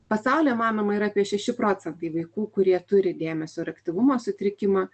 pasaulyje manoma yra apie šeši procentai vaikų kurie turi dėmesio ir aktyvumo sutrikimą